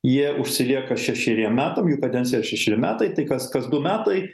jie užsilieka šešeriem metam jų kadencija šeši metai tai kas kas du metai